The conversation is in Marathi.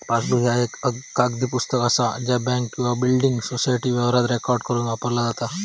पासबुक ह्या एक कागदी पुस्तक असा ज्या बँक किंवा बिल्डिंग सोसायटी व्यवहार रेकॉर्ड करुक वापरला जाता